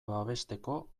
babesteko